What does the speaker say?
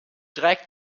trägt